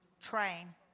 Train